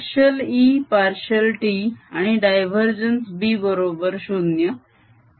partial E partial t आणि divergence B बरोबर 0